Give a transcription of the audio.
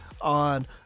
on